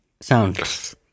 sound